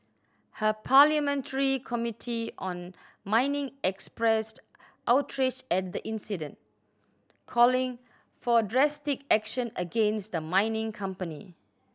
her parliamentary committee on mining expressed outrage at the incident calling for drastic action against the mining company